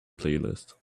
playlist